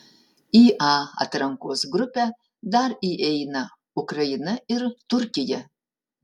į a atrankos grupę dar įeina ukraina ir turkija